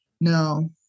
No